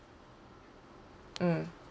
mm